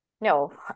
no